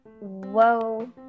whoa